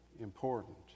important